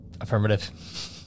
Affirmative